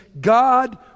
God